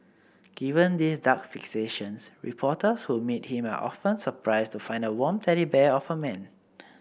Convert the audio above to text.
given these dark fixations reporters who meet him are often surprised to find a warm teddy bear of a man